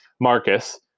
Marcus